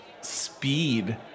speed